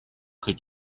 could